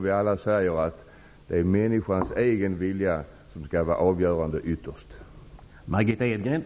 Vi säger ju alla att det är människans egen vilja som ytterst skall vara avgörande.